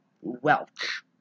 Welch